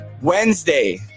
Wednesday